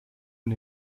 und